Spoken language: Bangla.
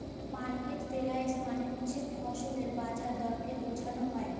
মার্কেট পেরাইস মালে হছে ফসলের বাজার দরকে বুঝাল হ্যয়